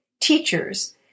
teachers